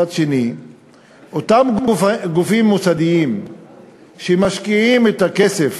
אותם גופים מוסדיים שמשקיעים את הכסף